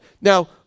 Now